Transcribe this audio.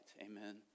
Amen